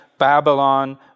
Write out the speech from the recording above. Babylon